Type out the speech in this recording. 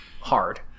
hard